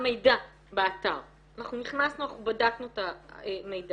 המידע באתר אנחנו נכנסנו ובדקנו את המידע,